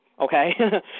okay